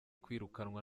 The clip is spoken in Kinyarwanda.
kwirukanwa